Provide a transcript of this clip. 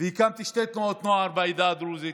והקמתי שתי תנועות נוער בעדה הדרוזית,